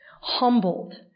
humbled